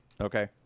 Okay